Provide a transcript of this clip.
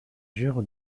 jour